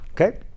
Okay